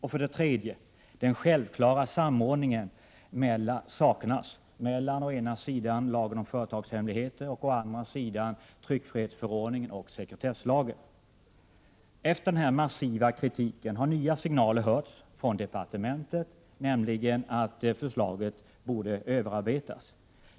3. Den självklara samordningen saknas mellan å ena sidan lagen om företagshemligheter och å andra sidan tryckfrihetsförordningen och sekretesslagen. Efter den massiva kritiken har nya signaler hörts från departementet, nämligen att förslaget borde överarbetas.